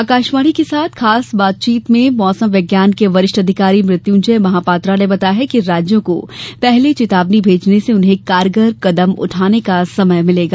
आकाशवाणी के साथ खास बातचीत में मौसम विभाग के वरिष्ठ अधिकारी मृत्यूंजय महापात्रा ने बताया कि राज्यों को पहले चेतावनी भेजने से उन्हें कारगर कदम उठाने का समय मिलेगा